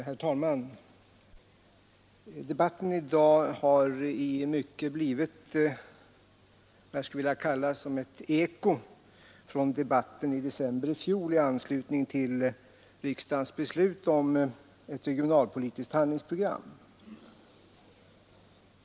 Herr talman! Debatten i dag har i mycket blivit ett eko av debatten i december i fjol i anslutning till riksdagens beslut om ett regionalpolitiskt handlingsprogram.